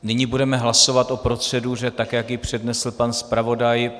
Nyní budeme hlasovat o proceduře, tak jak ji přednesl pan zpravodaj.